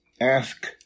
ask